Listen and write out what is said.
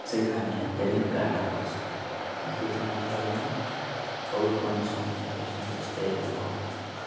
चाहिँ हामीलाई धेरै घाटा पर्छ अनि त्यति मात्र होइन अरू पनि समस्याहरू छन् जस्तै अब